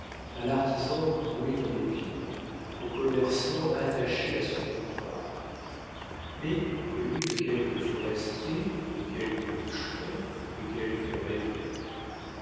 à l'artisan cloué dans les villes au commerçant attaché à son comptoir mais connus de quelques forestiers de quelques bûcherons de quelques rêveurs